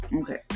Okay